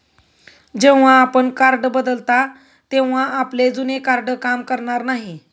जेव्हा आपण कार्ड बदलता तेव्हा आपले जुने कार्ड काम करणार नाही